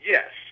Yes